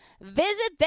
Visit